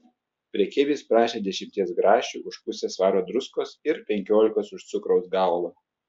prekeivis prašė dešimties grašių už pusę svaro druskos ir penkiolikos už cukraus galvą